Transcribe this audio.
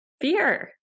Fear